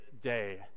day